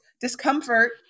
discomfort